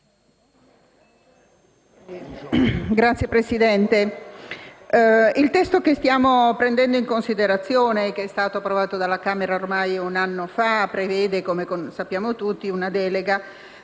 Signor Presidente, il testo che stiamo prendendo in considerazione e che è stato approvato dalla Camera ormai un anno fa prevede - come tutti sappiamo - una delega